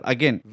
Again